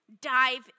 dive